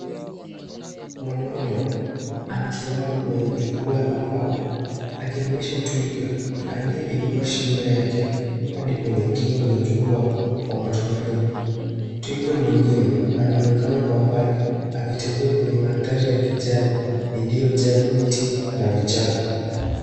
Mwanaume amesimama kwenye jukwaa la mbao akimlisha twiga aliyeinua shingo yake hadi kwenye kingo za jukwaa kwa matumaini. Twiga mwingine anaonekana kwa mbali akitembea kwenye mandhari ya kijani iliyojaa miti na vichaka.